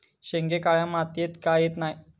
शेंगे काळ्या मातीयेत का येत नाय?